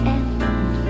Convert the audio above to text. end